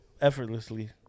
effortlessly